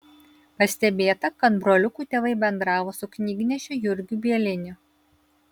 pastebėta kad broliukų tėvai bendravo su knygnešiu jurgiu bieliniu